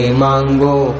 mango